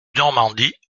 normandie